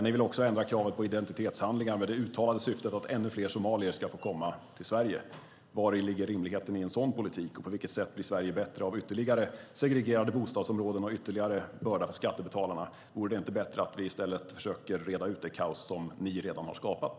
Ni vill också ändra kravet på identitetshandlingar med det uttalade syftet att ännu fler somalier ska få komma till Sverige. Vari ligger rimligheten i en sådan politik? På vilket sätt blir Sverige bättre av ytterligare segregerade bostadsområden och ytterligare börda för skattebetalarna? Vore det inte bättre att vi i stället försöker reda ut det kaos som ni redan har skapat?